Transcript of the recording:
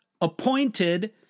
appointed